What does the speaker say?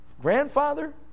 grandfather